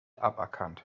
aberkannt